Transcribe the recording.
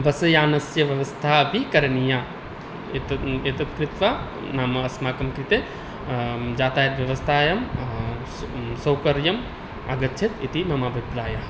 बस्यानस्य व्यवस्था अपि करणीया एतत् एतत् कृत्वा नाम अस्माकं कृते यातायातव्यवस्थायां स् सौकर्यम् आगच्छेत् इति मम अभिप्रायः